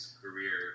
career